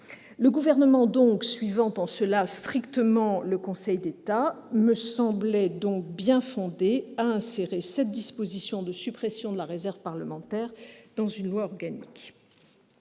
Le Gouvernement, suivant strictement en cela le Conseil d'État, me semblait par conséquent bien fondé à insérer cette disposition de suppression de la réserve parlementaire dans une loi organique.